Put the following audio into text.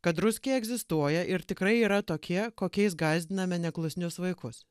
kad ruskiai egzistuoja ir tikrai yra tokie kokiais gąsdiname neklusnius vaikus